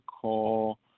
call